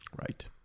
Right